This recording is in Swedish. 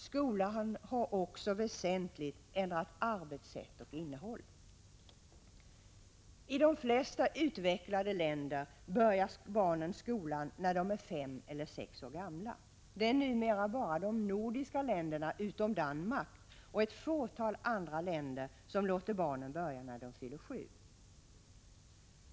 Skolan har också väsentligt ändrat arbetssätt och innehåll. I de flesta utvecklade länder börjar barnen skolan när de är fem eller sex år gamla. Det är numera bara de nordiska länderna utom Danmark och ett fåtal andra länder som låter barnen börja skolan när de fyller sju år.